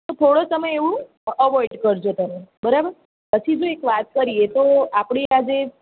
થોડો સમય એવું અવોઇડ કરજો તમે બરાબર પછી જો એક વાત કરીએ તો આપણે આજે